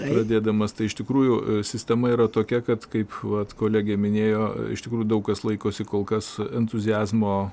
pradėdamas tai iš tikrųjų sistema yra tokia kad kaip vat kolegė minėjo iš tikrųjų daug kas laikosi kol kas entuziazmo